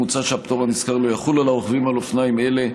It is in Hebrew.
מוצע שהפטור הנזכר לא יחול על הרוכבים על אופניים אלה,